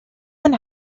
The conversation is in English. and